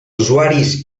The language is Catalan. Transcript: usuaris